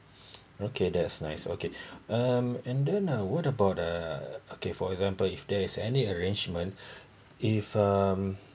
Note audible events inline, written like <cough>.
okay that's nice okay <breath> um and then uh what about uh okay for example if there is any arrangement <breath> if um